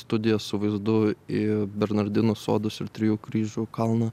studiją su vaizdu į bernardinų sodus ir trijų kryžių kalną